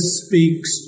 speaks